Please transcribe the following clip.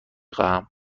خواهم